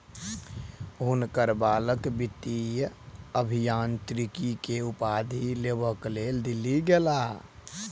हुनकर बालक वित्तीय अभियांत्रिकी के उपाधि लेबक लेल दिल्ली गेला